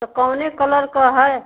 तो कौन कलर का है